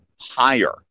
higher